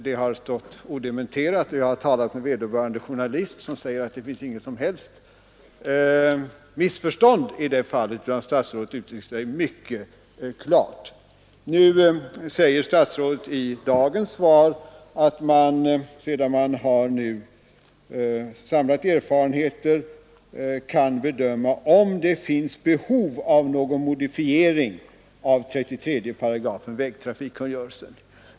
Det har stått odementerat, och jag har talat med vederbörande journalist som säger att det finns inget som helst missförstånd i det här fallet. Statsrådet uttryckte sig mycket klart. Nu säger statsrådet i dagens svar att man, sedan man nu har samlat erfarenheter, kan bedöma om det finns behov av någon modifiering av 33 § vägtrafikkungörelsen.